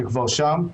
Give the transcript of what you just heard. שכבר שם.